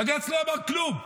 בג"ץ לא אמר כלום.